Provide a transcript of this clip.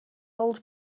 old